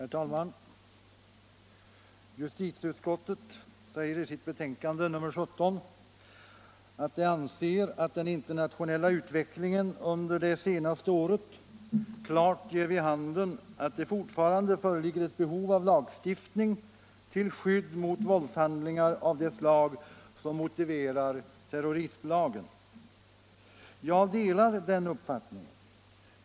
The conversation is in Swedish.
Herr talman! Justitieutskottet säger i sitt betänkande nr 17 att den internationella utvecklingen under det senaste året klart ger vid handen att det fortfarande föreligger behov av en lagstiftning till skydd mot våldshandlingar av det slag som motiverar terroristlagen. Jag delar den uppfattningen.